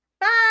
bye